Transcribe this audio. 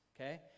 okay